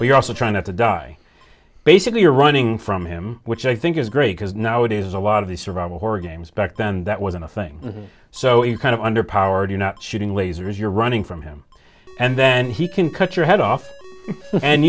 we're also trying to die basically or running from him which i think is great because nowadays a lot of these survival horror games back then that wasn't a thing so you kind of under powered you're not shooting lasers you're running from him and then he can cut your head off and